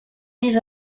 més